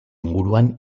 inguruan